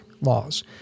laws